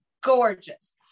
gorgeous